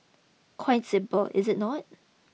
quite simple is it not